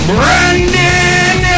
Brandon